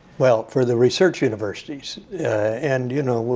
well, for the research universities and you know,